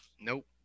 Nope